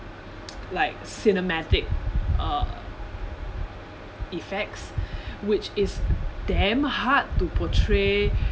like cinematic uh effects which is damn hard to portray